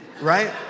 right